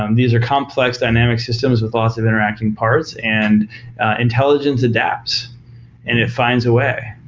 um these are complex dynamic systems with lots of interacting parts and intelligence adopt and it finds a way.